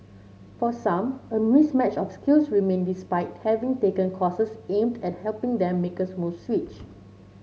for some a mismatch of skills remain despite having taken courses aimed at helping them make a smooth switch